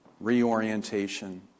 reorientation